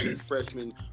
freshman